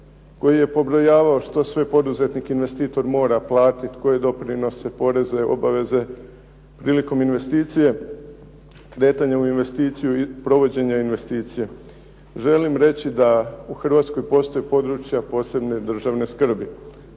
koji je pobrojavao što sve poduzetnik i investitor mora platiti koje doprinose, poreze, obaveze, prilikom investicije, …/Govornik se ne razumije./… u investiciju i provođenje investicije. Želim reći da u Hrvatskoj postoje područja od posebne državne skrbi.